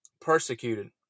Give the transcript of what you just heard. persecuted